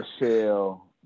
Michelle